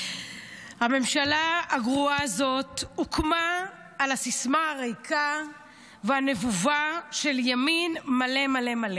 הממשלה הגרועה הזאת הוקמה על הסיסמה הריקה והנבובה של ימין מלא מלא.